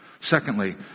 Secondly